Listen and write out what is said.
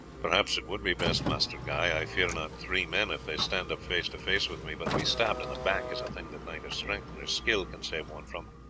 perhaps it would be best, master guy. i fear not three men if they stand up face to face with me, but to be stabbed in the back is a thing that neither strength nor skill can save one from.